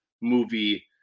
movie